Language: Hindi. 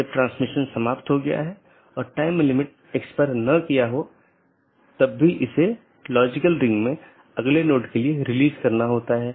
इसलिए एक पाथ वेक्टर में मार्ग को स्थानांतरित किए गए डोमेन या कॉन्फ़िगरेशन के संदर्भ में व्यक्त किया जाता है